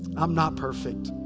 i'm not perfect.